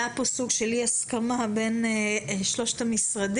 היה פה סוג של אי הסכמה בין שלושת המשרדים,